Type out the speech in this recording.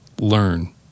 Learn